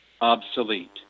obsolete